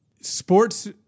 sports